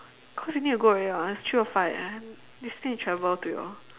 cause you need to go already [what] it's three o-five eh and you still need to travel to your